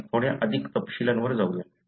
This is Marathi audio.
आपण थोड्या अधिक तपशीलांवर जाऊ